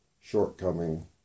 shortcoming